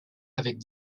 avec